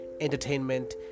entertainment